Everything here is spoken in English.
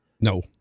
No